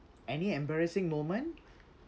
any embarrassing moment